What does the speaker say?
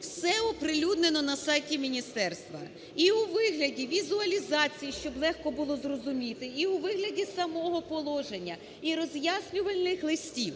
все оприлюднено на сайті міністерства і у вигляді візуалізації, щоб легко було зрозуміти, і у вигляді самого положення, і роз'яснювальних листів.